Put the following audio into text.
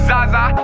Zaza